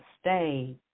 stay